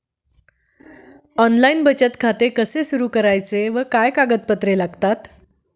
Online बचत खाते कसे सुरू करायचे व काय कागदपत्रे लागतात?